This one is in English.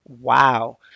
wow